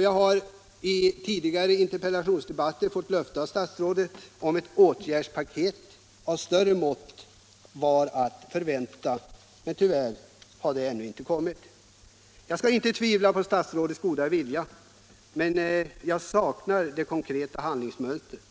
Jag har i en tidigare interpellationsdebatt av statsrådet fått löfte om att ett åtgärdspaket av större mått var att förvänta. Men tyvärr har det ännu inte kommit. Jag vill inte tvivla på statsrådets goda vilja, men jag saknar det konkreta handlingsmönstret.